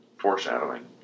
foreshadowing